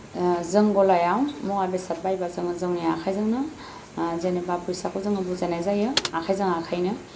ओ जों गलायाव मुवा बेसाद बायबा जोङो जोंनि आखायजोंनो ओ जेनेबा फैसाखौ जोङो बुजायनाय जायो आखायजों आखायनो